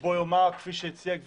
כפי שהציעה גברתי,